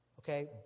Okay